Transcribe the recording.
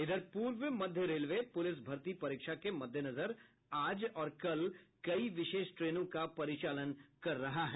इधर पूर्व मध्य रेलवे पुलिस भर्ती परीक्षा के मद्देनजर आज और कल कई विशेष ट्रेनों का परिचालन कर रहा है